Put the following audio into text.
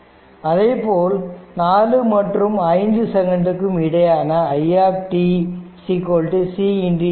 அதேபோல் 4 மற்றும் 5 செகண்ட்டுக்கும் இடையேயான ic dvtdt